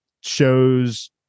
shows